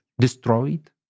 destroyed